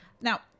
Now